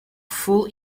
full